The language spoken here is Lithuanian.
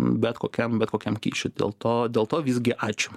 bet kokiam bet kokiam kyšui dėl to dėl to visgi ačiū